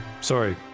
Sorry